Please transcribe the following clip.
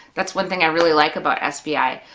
that's one thing i really like about sbi,